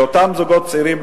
לאותם זוגות צעירים,